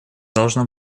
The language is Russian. должно